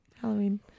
Halloween